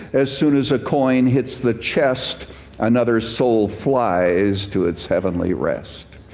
as soon as a coin hits the chest anothers soul flies to its heavenly rest.